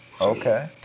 Okay